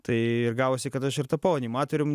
tai ir gavosi kad aš ir tapau animatorium